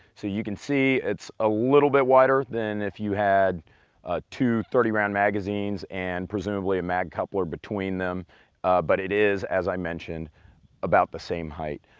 so you can see it's a little bit wider than if you had two thirty round magazines and presumably a mag coupler between them but it is as i mentioned about the same height.